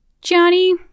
johnny